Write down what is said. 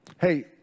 Hey